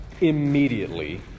immediately